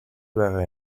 байгаа